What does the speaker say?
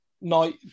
night